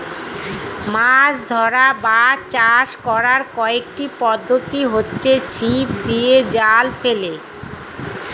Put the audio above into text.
মাছ ধরা বা চাষ করার কয়েকটি পদ্ধতি হচ্ছে ছিপ দিয়ে, জাল ফেলে